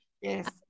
Yes